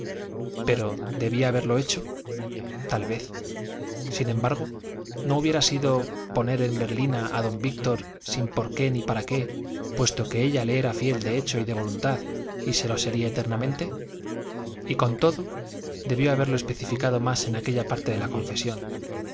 pero debía haberlo hecho tal vez sin embargo no hubiera sido poner en berlina a don víctor sin por qué ni para qué puesto que ella le era fiel de hecho y de voluntad y se lo sería eternamente y con todo debió haber especificado más en aquella parte de la confesión